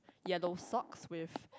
yellow socks with